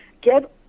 get